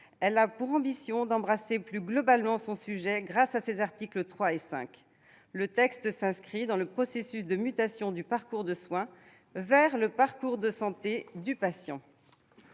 Elle a pour ambition d'embrasser plus globalement son sujet grâce à ses articles 3 et 5. Le texte s'inscrit dans le processus de mutation du parcours de soins vers le parcours de santé du patient.